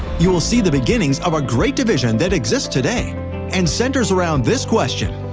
you will see the beginnings of a great division that exists today and centers around this question.